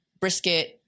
brisket